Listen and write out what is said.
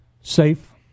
safe